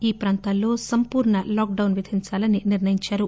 ఈ ప్రాంతాల్లో సంపూర్ణ లాక్డాన్ విధించాలని నిర్ణయించారు